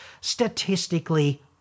statistically